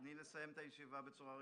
תני לסיים את הישיבה בצורה רגועה.